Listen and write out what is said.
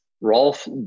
Rolf